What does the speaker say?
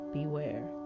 Beware